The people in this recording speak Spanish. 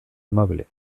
inmóviles